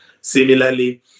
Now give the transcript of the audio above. Similarly